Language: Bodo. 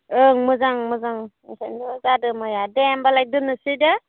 ओं मोजां मोजां ओंखायनो जादों माइआ दे होम्बालाय दोननोसै दे